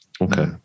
Okay